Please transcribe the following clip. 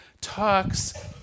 talks